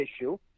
issue